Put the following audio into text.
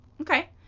Okay